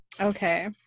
okay